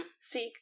Seek